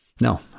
no